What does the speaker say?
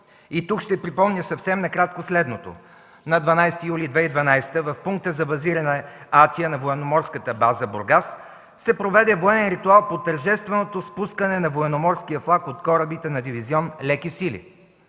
Тук ще припомня съвсем накратко следното: на 12 юли 2012 г. в пункта за базиране Атия на военноморската база Бургас, се проведе военен ритуал по тържественото спускане на военноморския флаг от корабите на Дивизион леки сили.